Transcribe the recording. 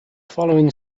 following